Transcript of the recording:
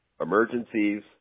emergencies